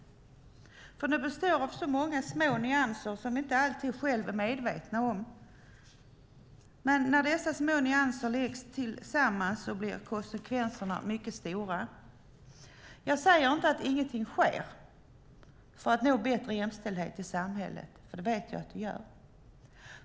Den består av så många små nyanser som vi inte alltid själva är medvetna om. När dessa små nyanser läggs tillsammans blir konsekvenserna mycket stora. Jag säger inte att ingenting sker för att vi ska nå bättre jämställdhet i samhället. Det vet vi att det gör.